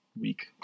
week